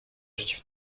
przeciw